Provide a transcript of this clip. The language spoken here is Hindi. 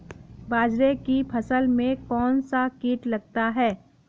बाजरे की फसल में कौन सा कीट लगता है?